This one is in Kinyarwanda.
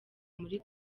muri